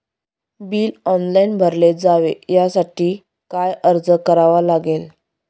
Bill online भरले जावे यासाठी काय अर्ज करावा लागेल?